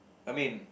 I mean